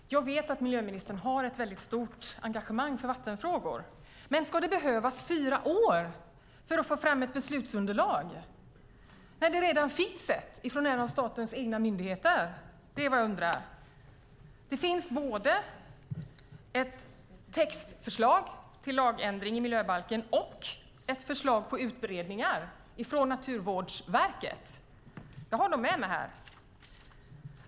Herr talman! Jag vet att miljöministern har ett stort engagemang för vattenfrågor. Men ska det behövas fyra år för att få fram ett beslutsunderlag när det redan finns ett från en av statens egna myndigheter? Det finns både ett textförslag till lagändring i miljöbalken och ett förslag på utbredningar från Naturvårdsverket. Jag har dem med mig.